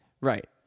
Right